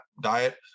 diet